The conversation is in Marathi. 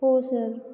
हो सर